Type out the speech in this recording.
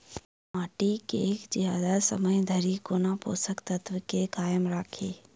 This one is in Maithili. माटि केँ जियादा समय धरि कोना पोसक तत्वक केँ कायम राखि?